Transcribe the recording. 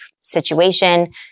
situation